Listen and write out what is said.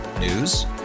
News